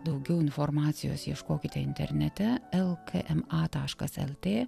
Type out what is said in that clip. daugiau informacijos ieškokite internete lkma taškas lt